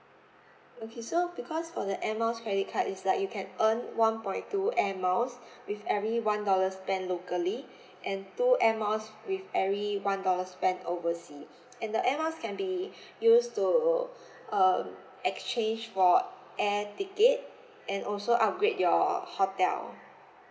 okay so because for the air miles credit card is like you can earn one point two air miles with every one dollar spent locally and two air miles with every one dollar spent oversea and the air miles can be used to um exchange for air ticket and also upgrade your hotel